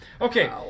Okay